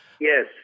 Yes